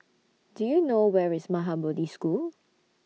Do YOU know Where IS Maha Bodhi School